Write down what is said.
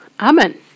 Amen